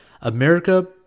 America